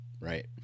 Right